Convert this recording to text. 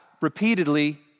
repeatedly